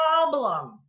problem